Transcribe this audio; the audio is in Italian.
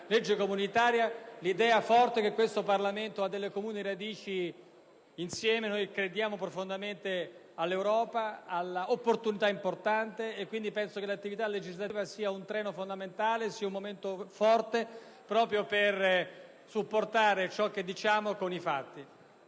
abbiamo trasmesso l'idea forte che questo Parlamento ha comuni radici. Noi crediamo profondamente all'Europa, a questa opportunità importante. Penso che l'attività legislativa sia un treno fondamentale, un momento forte proprio per supportare ciò che diciamo con i fatti.